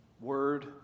word